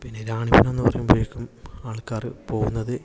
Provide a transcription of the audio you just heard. പിന്നെ റാണിപുരം എന്നുപറയുമ്പത്തേക്കും ആൾക്കാര് പോകുന്നത്